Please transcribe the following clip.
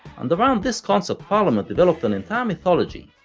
and around this concept parliament developed an entire mythology,